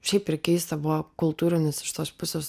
šiaip ir keista buvo kultūrinis iš tos pusės